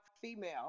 female